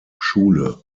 schule